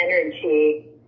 energy